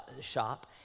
shop